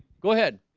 go ahead